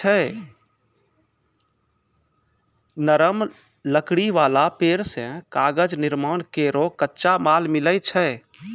नरम लकड़ी वाला पेड़ सें कागज निर्माण केरो कच्चा माल मिलै छै